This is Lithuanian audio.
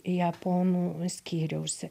japonų skyriaus